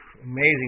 Amazing